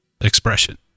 expression